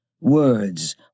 words